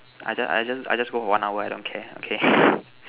I just I just I just go for one hour I don't care okay